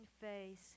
face